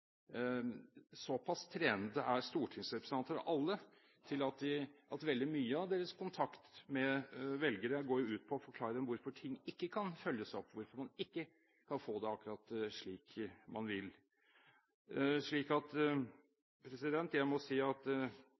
Såpass trente er alle stortingsrepresentanter at veldig mye av deres kontakt med velgere går ut på å forklare hvorfor ting ikke kan følges opp, hvorfor man ikke kan få det akkurat slik man vil. Jeg må si at jeg setter pris på innstillingen fra presidentskapet. Dette forslaget må